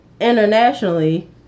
internationally